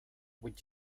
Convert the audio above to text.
with